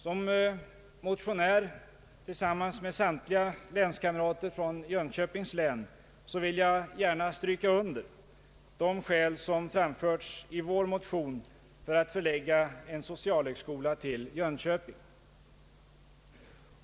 Som motionär tillsammans med samtliga länskamrater från Jönköpings län vill jag gärna stryka under de skäl som framförts i vår motion för att förlägga en socialhögskola till Jönköping.